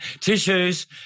Tissues